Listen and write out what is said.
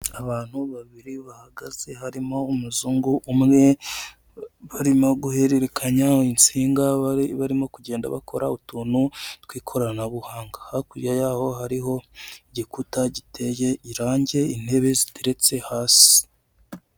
Abantu babiri bahagaze harimo umuzungu umwe barimo guhererekanya insinga bari barimo kugenda bakora utuntu tw'ikoranabuhanga hakurya yaho hariho igikuta giteye irange intebe ziteretse hasi.